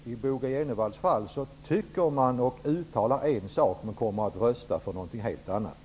Herr talman! Då kan jag konstatera att Bo G Jenevall tycker och uttalar en sak, men kommer att rösta för något helt annat.